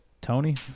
Tony